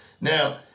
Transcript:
Now